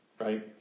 Right